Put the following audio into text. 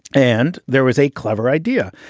and there was a clever idea.